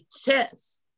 chess